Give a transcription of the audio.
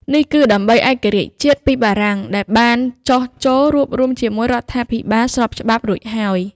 នេះគឺដើម្បី ឯករាជ្យជាតិពីបារាំង ដែលបានចុះចូលរួបរួមជាមួយ រាជរដ្ឋា ភិបាលស្របច្បាប់រួចហើយ។